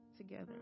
together